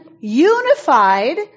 unified